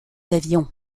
avions